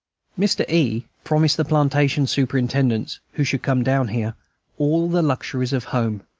mr. e. promised the plantation-superintendents who should come down here all the luxuries of home,